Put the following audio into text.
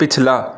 ਪਿਛਲਾ